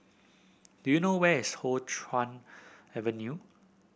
do you know where is Hoe Chuan Avenue